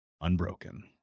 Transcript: unbroken